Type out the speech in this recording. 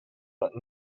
but